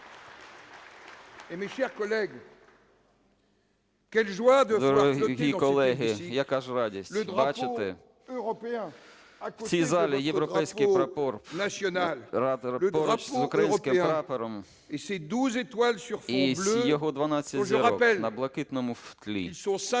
Дорогі колеги, яка ж радість бачити в цій залі європейський прапор поруч з українським прапором і його 12 зірок на блакитному тлі,